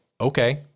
okay